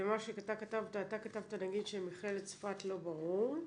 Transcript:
אתה כתבת שמכללת צפת לא ברור,